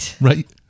Right